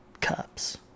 Cups